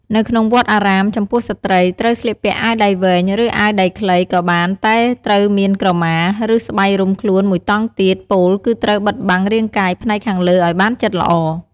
នៅក្នុងវត្តអារាម ចំពោះស្រ្តីត្រូវស្លៀកពាក់អាវដៃវែង ឬ អាវដៃខ្លីក៏បានតែត្រូវមានក្រមា ឬ ស្បៃរុំខ្លួនមួយតង់ទៀត ពោលគឺត្រូវបិទបាំងរាងកាយផ្នែកខាងលើឲ្យបានជិតល្អ។